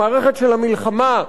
המערכת של המלחמה,